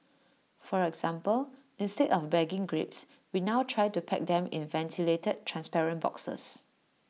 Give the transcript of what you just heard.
for example instead of bagging grapes we now try to pack them in ventilated transparent boxes